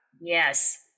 Yes